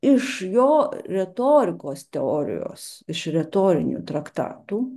iš jo retorikos teorijos iš retorinių traktatų